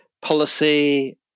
policy